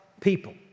people